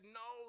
no